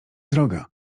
droga